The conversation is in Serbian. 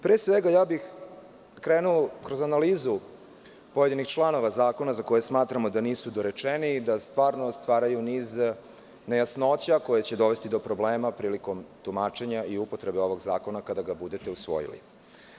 Pre svega, krenuo bih kroz analizu pojedinih članova zakona za koje smatramo da nisu dorečeni i da stvarno stvaraju niz nejasnoća koje će dovesti do problema prilikom tumačenja i upotrebe ovog zakona kada ga budete usvojili.